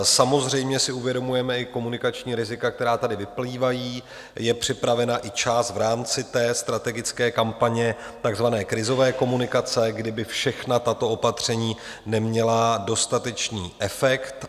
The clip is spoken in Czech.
Samozřejmě si uvědomujeme i komunikační rizika, která tady vyplývají, je připravena i část v rámci té strategické kampaně, takzvané krizové komunikace, kdyby všechna tato opatření neměla dostatečný efekt.